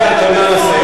תן לו לסיים בבקשה.